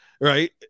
Right